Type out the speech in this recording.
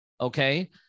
Okay